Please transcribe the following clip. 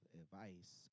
advice